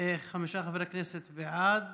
להצמיד אותה לדיונים בוועדה